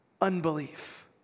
Unbelief